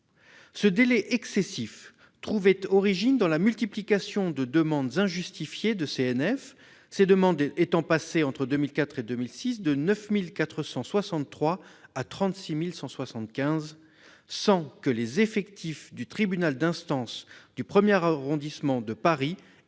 Un tel retard trouvait son origine dans la multiplication des demandes injustifiées de CNF. En effet, le nombre de ces demandes était passé, entre 2004 et 2006, de 9 463 à 36 175, sans que les effectifs du tribunal d'instance du premier arrondissement de Paris